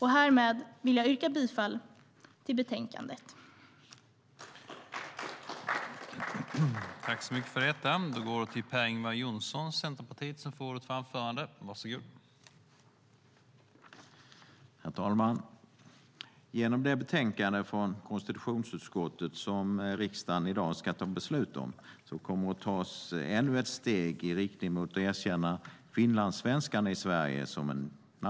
Härmed vill jag yrka bifall till utskottets förslag i betänkandet.